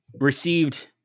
received